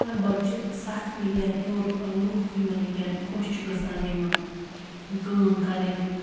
لگ بگ چھِ سَتھ مِلیَن ہیوٚر لُکھ یِمَن وٕنۍکٮ۪ن خۄش چھُ گژھان یِمہٕ کٲم کَرٕنۍ